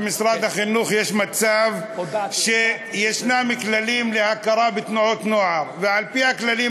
במשרד החינוך יש מצב שיש כללים להכרה בתנועות נוער ועל-פי הכללים